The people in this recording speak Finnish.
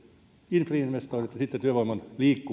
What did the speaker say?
infrainvestoinnit ja sitten työvoiman